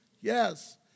Yes